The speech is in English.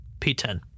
P10